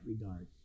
regard